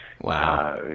Wow